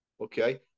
okay